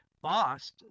boss